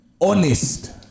Honest